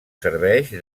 serveix